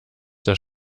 das